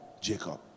Jacob